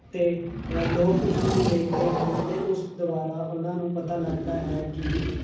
ਅਤੇ ਲੋਕ ਉਸਨੂੰ ਦੇਖਦੇ ਹਨ ਅਤੇ ਉਸ ਦੁਆਰਾ ਉਹਨਾਂ ਨੂੰ ਪਤਾ ਲੱਗਦਾ ਹੈ ਕਿ